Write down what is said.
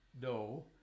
no